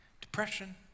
depression